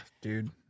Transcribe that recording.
dude